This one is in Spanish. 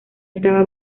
está